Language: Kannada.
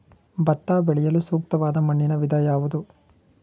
ಭತ್ತ ಬೆಳೆಯಲು ಸೂಕ್ತವಾದ ಮಣ್ಣಿನ ವಿಧ ಯಾವುದು?